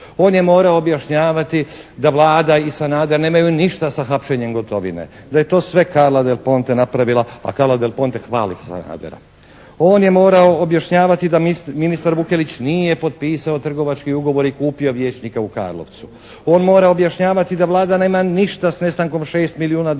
On je morao objašnjavati da Vlada i Sanader nemaju ništa sa hapšenjem Gotovine, da je to sve Carla del Ponte napravila, a Carla del Ponte hvali Sanadera. On je morao objašnjavati da ministar Vukelić nije potpisao trgovački ugovor i kupio vijećnika u Karlovcu. On mora objašnjavati da Vlada nema ništa s nestankom 6 milijuna dolara